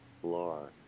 Floor